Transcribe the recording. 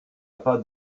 pas